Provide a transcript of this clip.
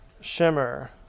shimmer